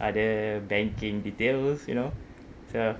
other banking details you know so